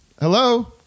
Hello